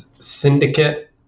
Syndicate